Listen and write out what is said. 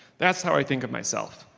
that's how i think of myself.